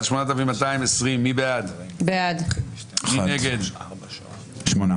שאלתי שאלה.